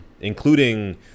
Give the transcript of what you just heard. Including